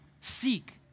seek